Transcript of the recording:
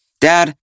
Dad